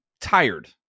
tired